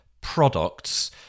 products